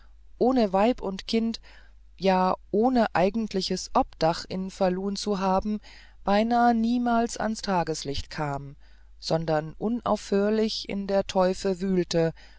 ohne weib und kind ja ohne eigentliches obdach in falun zu haben beinahe niemals ans tageslicht kam sondern unaufhörlich in den teufen wühlte